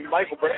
Michael